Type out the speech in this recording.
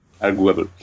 arguable